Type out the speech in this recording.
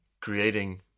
creating